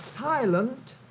silent